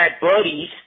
buddies